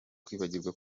kwibagirwa